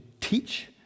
teach